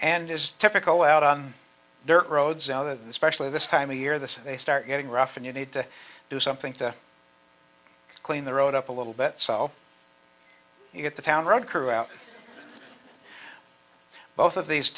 and is typical out on dirt roads out of the specially this time of year the they start getting rough and you need to do something to clean the road up a little bit so you get the town road crew out both of these